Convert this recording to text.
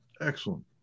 Excellent